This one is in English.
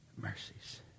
mercies